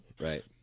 Right